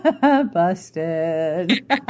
Busted